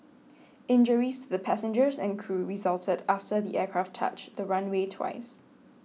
injuries to the passengers and crew resulted after the aircraft touched the runway twice